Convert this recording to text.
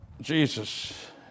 Jesus